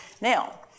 Now